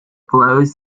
flows